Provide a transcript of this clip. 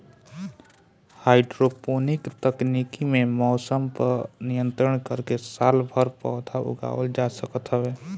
hydroponic तकनीकी में मौसम पअ नियंत्रण करके सालभर पौधा उगावल जा सकत हवे